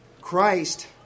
Christ